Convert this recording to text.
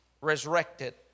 resurrected